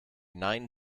nine